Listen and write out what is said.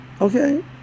Okay